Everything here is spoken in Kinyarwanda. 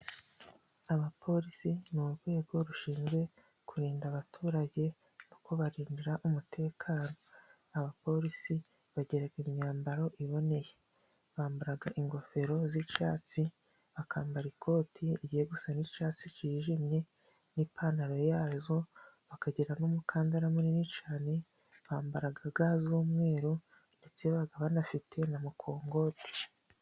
Abapolisi ni urwego rushinzwe kurinda abaturage no kubarindira umutekano. Abapolisi bagira imyambaro iboneye. Bambara ingofero z'icyatsi, bakambara ikoti rigiye gusa n'icyatsi cyijimye n'ipantaro yazo, bakagira n'umukandara munini cyane. Bambara z'umweru ndetse baba banafite na mukongoti.